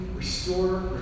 restore